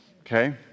okay